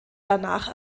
danach